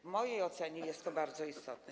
W mojej ocenie jest to bardzo istotne.